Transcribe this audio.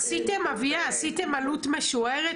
אביה, עשיתם עלות משוערת?